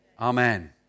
Amen